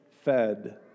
fed